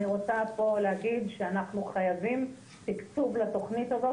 אני רוצה להגיד שאנחנו חייבים תקצוב לתוכנית הזאת